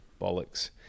bollocks